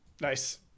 Nice